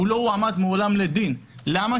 הוא לא הועמד מעולם לדין, למה?